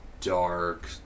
dark